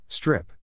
Strip